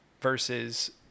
versus